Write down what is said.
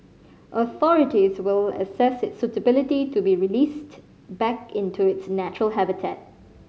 authorities will assess its suitability to be released back into its natural habitat